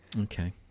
Okay